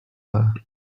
her